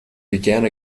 began